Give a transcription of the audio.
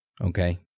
Okay